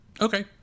Okay